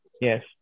Yes